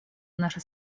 наша